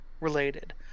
related